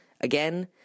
Again